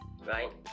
right